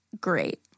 great